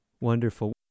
Wonderful